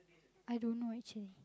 I don't know actually